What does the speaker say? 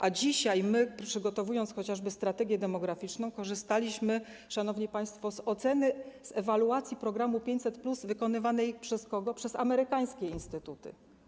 A my dzisiaj, przygotowując chociażby strategię demograficzną, korzystaliśmy, szanowni państwo, z oceny, z ewaluacji programu 500+ wykonanej - przez kogo? - przez amerykańskie instytuty.